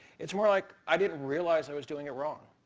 it's more like i didn't realize i was doing it wrong.